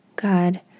God